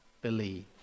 believe